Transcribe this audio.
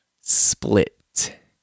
Split